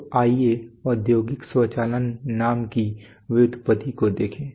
तो आइए औद्योगिक स्वचालन नाम की व्युत्पत्ति देखें